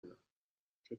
اینا، که